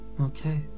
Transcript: Okay